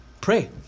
Pray